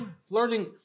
Flirting